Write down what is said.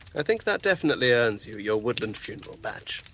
i think that definitely earns you your woodland funeral badge.